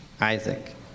Isaac